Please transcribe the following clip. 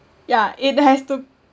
yeah it has to